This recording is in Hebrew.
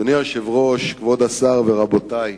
אדוני היושב-ראש, כבוד השר ורבותי,